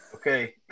Okay